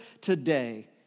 today